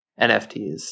NFTs